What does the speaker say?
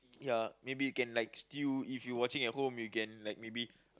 ya maybe you can like still if you watching at home you can like maybe